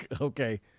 okay